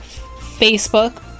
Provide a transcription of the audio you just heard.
Facebook